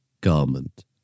garment